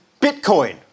Bitcoin